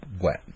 wet